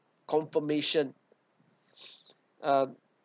confirmation uh